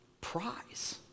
prize